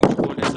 נשקול 10